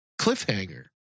cliffhanger